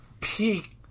peak